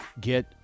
get